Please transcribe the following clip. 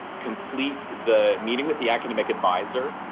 complete the meeting with the academic adviser,